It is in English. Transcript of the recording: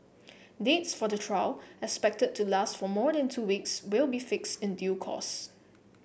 dates for the trial expected to last for more than two weeks will be fixed in due course